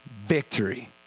Victory